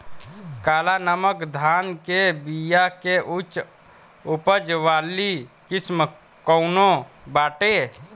काला नमक धान के बिया के उच्च उपज वाली किस्म कौनो बाटे?